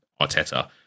Arteta